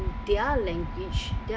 their language their